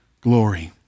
glory